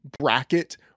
bracket